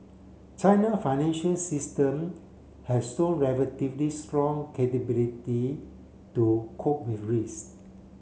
China financial system has shown relatively strong capability to cope with risk